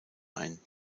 ein